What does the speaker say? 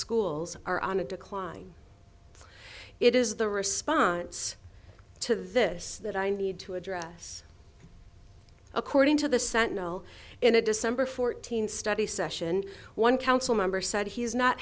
schools are on a decline it is the response to this that i need to address according to the sentinel in a december fourteenth study session one council member said he's not